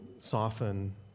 soften